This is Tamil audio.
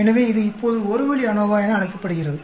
எனவே இது இப்போது ஒரு வழி அநோவா என அழைக்கப்படுகிறது